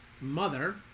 Mother